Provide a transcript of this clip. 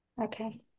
okay